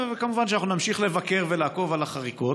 וכמובן שנמשיך לבקר ולעקוב אחרי החריקות.